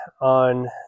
on